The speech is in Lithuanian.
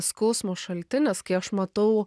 skausmo šaltinis kai aš matau